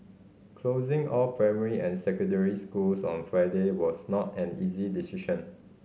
closing all primary and secondary schools on Friday was not an easy decision